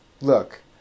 look